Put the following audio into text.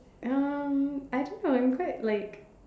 um I don't know I am quite like